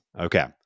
Okay